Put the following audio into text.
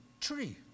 tree